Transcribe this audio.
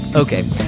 Okay